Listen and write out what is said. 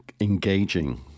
engaging